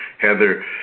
Heather